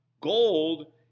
gold